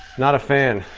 not a fan.